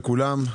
שלום לכולם.